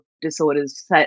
disorders